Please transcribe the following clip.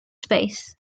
space